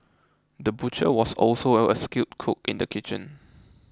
the butcher was also out a skilled cook in the kitchen